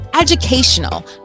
educational